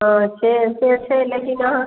हँ छै से छै लेकिन अहाँ